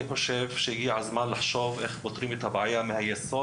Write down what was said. אני חושב שהגיע הזמן לחשוב על איך אפשר לפתור את הבעיה הזאת מהיסוד.